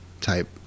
type